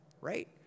right